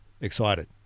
excited